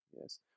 Yes